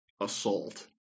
assault